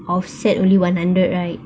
offset only one hundred right